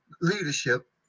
leadership